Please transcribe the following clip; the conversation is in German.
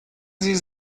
sie